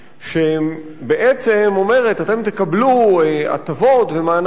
שבעצם אומרת: אתם תקבלו הטבות ומענקים,